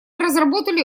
разработали